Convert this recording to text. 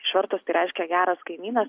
išvertus tai reiškia geras kaimynas